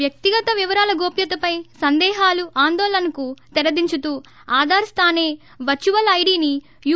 వ్వక్తిగత వివరాల గోప్వతపై సందేహాలు ఆందోళనలకు తెరదించుతూ ఆథార్ స్తానే వర్సువల్ ఐడీని యూ